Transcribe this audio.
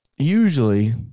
Usually